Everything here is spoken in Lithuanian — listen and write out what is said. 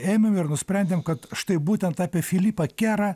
ėmėm ir nusprendėm kad štai būtent apie filipą kerą